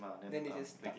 then they just start